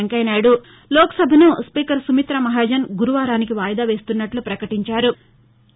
Venkaiah Naidu లోక్సభను speaker Sumitra Mahajan గురువారానికి వాయిదావేస్తున్నట్లు ప్రకటించారు